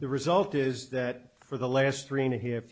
the result is that for the last three and a half